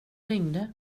ringde